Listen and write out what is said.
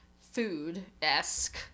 food-esque